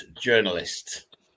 journalist